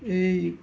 এই